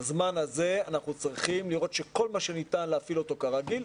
בזמן הזה אנחנו צריכים לראות שכל מה שניתן להפעיל כרגיל,